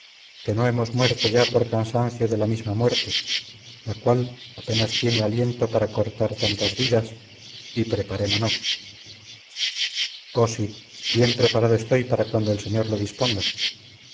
que no hemos muerto ya por cansancio de la misma muerte la cual apenas tiene aliento para cortar tantas vidas y preparémonos oh sí bien preparado estoy para cuando el señor lo disponga